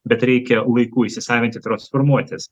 bet reikia laiku įsisavinti transformuotis